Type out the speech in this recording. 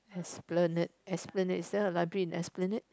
Esplanade Esplanade is there a library in Esplanade